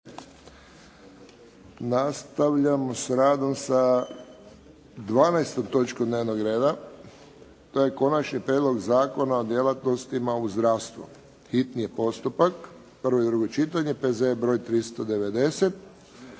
nastavljamo s radom sa 12. točkom dnevnog reda, to je - Konačni prijedlog zakona o djelatnostima u zdravstvu, hitni postupak, prvo i drugo čitanje, P.Z.E. br. 390